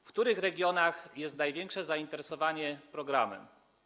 W których regionach jest największe zainteresowanie programem?